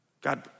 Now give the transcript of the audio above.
God